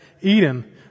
Eden